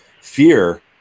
fear